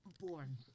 Born